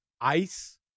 ice